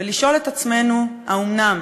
ולשאול את עצמנו: האומנם,